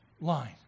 line